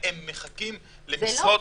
הם מחכים למשרות זה לא פייר,